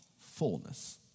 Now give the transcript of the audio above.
fullness